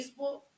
Facebook